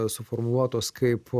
suformuluotos kaip